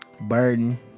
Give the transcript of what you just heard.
burden